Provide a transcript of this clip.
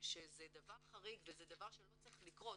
שזה דבר חריג ודבר שלא צריך לקרות,